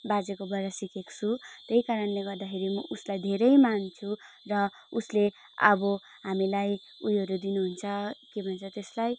बाजेकोबाट सिकेको छु त्यही कारणले गर्दाखेरि म उसलाई धेरै मान्छु र उसले अब हामीलाई उयोहरू दिनुहुन्छ के भन्छ त्यसलाई